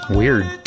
weird